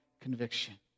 conviction